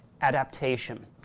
adaptation